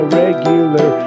regular